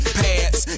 pads